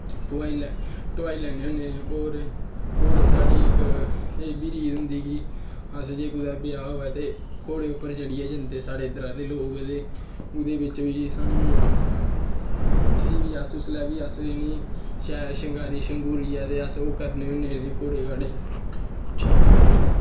ढोआई लैन्ने होन्नें और घोड़े साढ़ै एह् बी रीत होंदी कि असें जे कुदै ब्याह् होऐ ते घोड़े पर चढ़ियै जंदे साढ़े इद्धरै दे लोग ते ओह्दे बिच्च बी सानू उसलै बी इ'नें अस शैल शंगारी शंगूरियै ते अस करने होन्नें घोड़े ठीक ऐ फिर